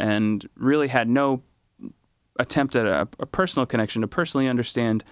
and really had no attempt at a personal connection to personally understand